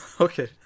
Okay